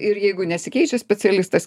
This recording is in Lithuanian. ir jeigu nesikeičia specialistas